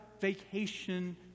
vacation